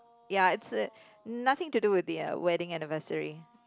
ya it's a nothing to do with the wedding anniversary